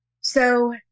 So-